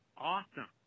awesome